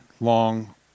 long